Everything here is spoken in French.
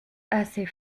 assez